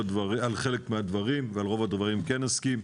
חלק מהדברים ועל רוב הדברים כן נסכים,